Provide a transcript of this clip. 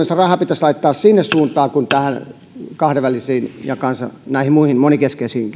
se raha pitäisi laittaa sinne suuntaan kuin näihin kahdenvälisiin ja muihin monenkeskeisiin